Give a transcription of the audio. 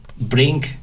bring